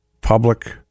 public